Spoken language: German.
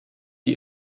die